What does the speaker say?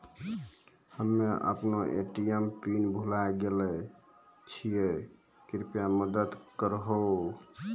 हम्मे अपनो ATM PIN भुलाय गेलो छियै, कृपया मदत करहो